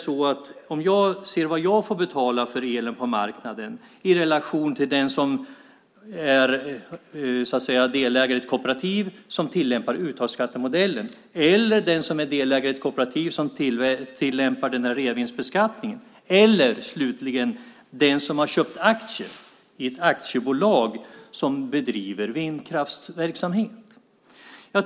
Låt oss se vad jag får betala för elen på marknaden i relation till den som är delägare i kooperativ som tillämpar uttagsskattemodellen eller är delägare i ett kooperativ som tillämpar reavinstbeskattningen eller, slutligen, har köpt aktier i ett aktiebolag som bedriver vindkraftsverksamhet.